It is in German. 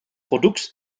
produkts